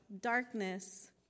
darkness